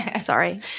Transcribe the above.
Sorry